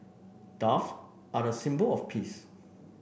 dove are the symbol of peace